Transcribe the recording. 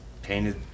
Painted